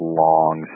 long